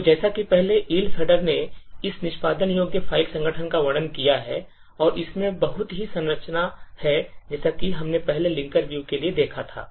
तो जैसा कि पहले Elf Header ने इस निष्पादन योग्य फ़ाइल संगठन का वर्णन किया है और इसमें बहुत ही संरचना है जैसा कि हमने पहले linker view के लिए देखा था